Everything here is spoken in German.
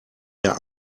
der